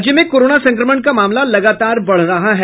राज्य में कोरोना संक्रमण का मामला लगतार बढ़ रहा है